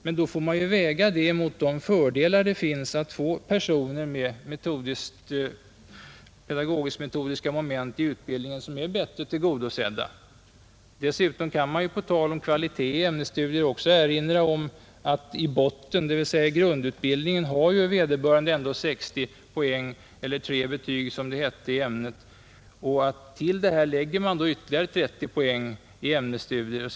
Men då får man ju väga detta mot de fördelar det innebär att få personer med de pedagogisk-metodiska momenten i utbildningen bättre tillgodosedda. Dessutom kan man på tal om kvalitet i ämnesstudierna erinra om att i botten, dvs. i grundutbildningen, har vederbörande ändå 60 poäng eller 3 betyg, som det tidigare hette, i ämnet. Till detta läggs ytterligare 30 poäng i ämnesstudier.